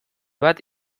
bat